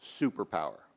superpower